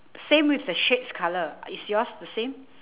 same with shades colour is yours the same